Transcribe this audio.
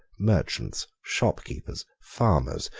merchants, shopkeepers, farmers,